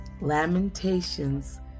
Lamentations